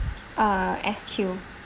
uh SQ